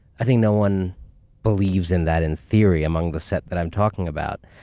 i think no one believes in that in theory, among the set that i'm talking about.